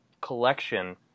collection